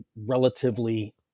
relatively